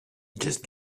just